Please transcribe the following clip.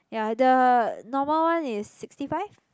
ya the normal one is sixty five